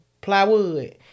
plywood